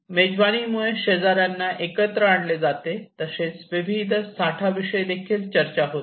मेजवानीमुळे शेजार्यांना एकत्र आणले जाते तसेच विविध साठाविषयीदेखील चर्चा होते